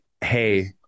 Hey